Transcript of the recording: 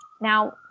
Now